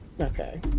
okay